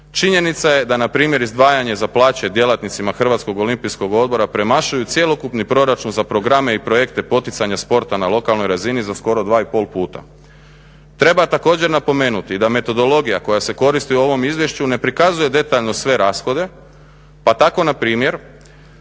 Činjenica je da npr. izdvajanje za plaće djelatnicima Hrvatskog olimpijskog odbora premašuju cjelokupni proračun za programe i projekte poticanja sporta na lokalnoj razini za skoro 2,5 puta. Treba također napomenuti da metodologija koja se koristi u ovom izvješću ne prikazuje detaljno sve rashoda, pa tako npr.